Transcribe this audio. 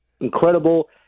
incredible